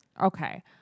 Okay